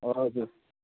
हजुर